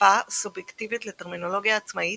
הכפפה סובייקטיבית לטרמינולוגיה עצמאית,